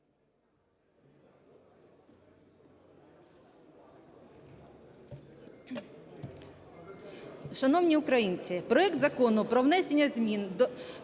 Шановні українці, проект Закону про внесення змін